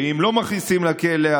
אם לא מכניסים לכלא,